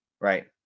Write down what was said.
right